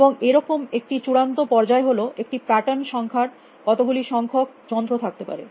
এবং এরকম একটি চূড়ান্ত পর্যায় হল একটি প্যাটার্ন সংখ্যার কতগুলি সংখ্যক যন্ত্র থাকতে পারে